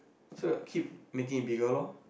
so keep making it bigger loh